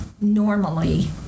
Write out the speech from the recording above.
normally